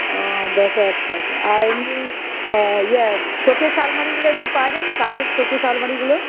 ও দশ হাজার টাকা আর এমনি শোকেজ আলমারিগুলো এমনি পাওয়া যায় কাঠের শোকেজ আলমারিগুলো